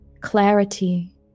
clarity